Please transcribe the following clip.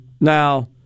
Now